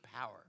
power